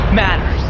matters